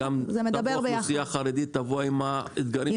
גם האוכלוסייה החרדית תבוא עם האתגרים.